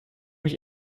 mich